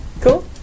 Cool